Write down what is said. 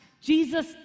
Jesus